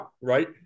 right